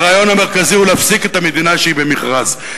הרעיון המרכזי הוא להפסיק את המדינה שהיא במכרז,